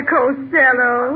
Costello